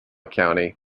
county